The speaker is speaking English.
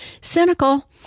cynical